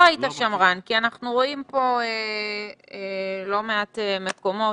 לא היית שמרן כי אנחנו רואים פה לא מעט מקומות.